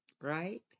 right